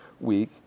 week